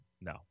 no